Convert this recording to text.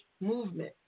movement